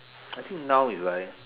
I think now is like